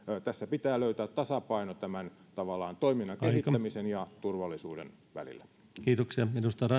tässä pitää löytää tasapaino tämän tavallaan toiminnan kehittämisen ja turvallisuuden välillä